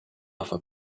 offer